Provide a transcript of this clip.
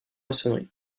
maçonnerie